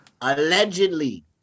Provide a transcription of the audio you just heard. allegedly